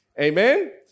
Amen